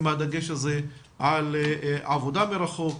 עם הדגש הזה על עבודה מרחוק,